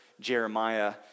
Jeremiah